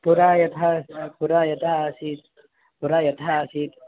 पुरा यथा पुरा यथा आसीत् पुरा यथा आसीत्